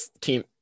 team